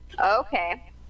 Okay